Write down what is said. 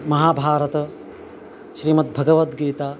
महाभारतं श्रीमद्भगवद्गीता